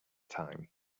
time